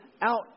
out